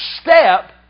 step